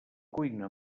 cuina